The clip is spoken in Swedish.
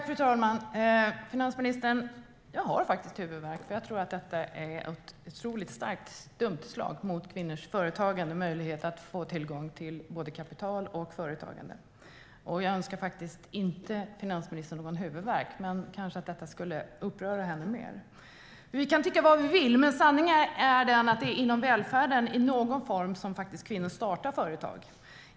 Fru talman! Jag har faktiskt huvudvärk, för jag tror att detta är ett otroligt stort slag mot kvinnors möjlighet att få tillgång till både kapital och företagande. Jag önskar inte finansministern någon huvudvärk, men det här borde kanske uppröra henne mer. Vi kan tycka vad vi vill, men sanningen är den att det är inom välfärden i någon form som kvinnor startar företag.